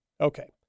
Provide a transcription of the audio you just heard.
Okay